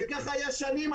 כך זה היה במשך שנים.